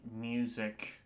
music